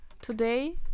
today